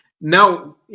Now